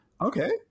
Okay